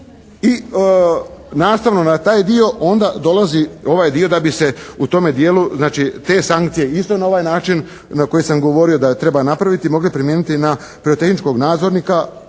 I nastavno na taj dio onda dolazi ovaj dio da bi se u tome dijelu znači, te sankcije isto na ovaj način na koji sam govorio da treba napraviti, mogle primijeniti na pirotehničkog nadzornika,